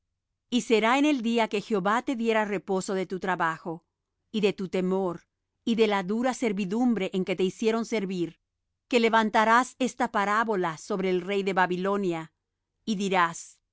y será en el día que jehová te diera reposo de tu trabajo y de tu temor y de la dura servidumbre en que te hicieron servir que levantarás esta parábola sobre el rey de babilonia y dirás